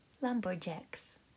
Lumberjacks